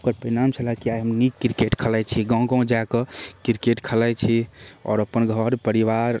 आओर ओकर परिणाम छलै कि आइ हम नीक किरकेट खेलाइ छी गाम गाम जाकऽ किरकेट खेलाइ छी आओर अपन घर परिवार